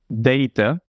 data